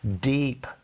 deep